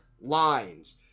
lines